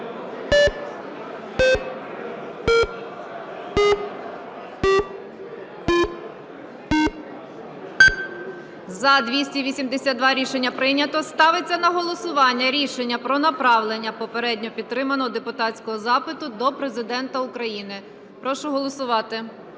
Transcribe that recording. За-282 Рішення прийнято. Ставиться на голосування рішення про направлення попередньо підтриманого депутатського запиту до Президента України. Прошу голосувати.